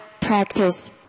practice